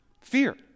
fear